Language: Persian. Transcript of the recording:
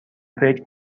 فکر